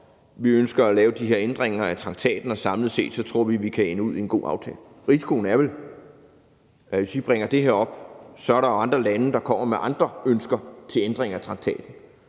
vi ønsker at lave de her ændringer i traktaten, og vi tror samlet set, at det kan ende ud i en god aftale. Risikoen er vel, at hvis vi bringer det her op, er der andre lande, der kommer med andre ønsker til ændringer af traktaten,